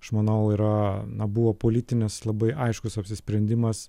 aš manau yra na buvo politinis labai aiškus apsisprendimas